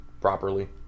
Properly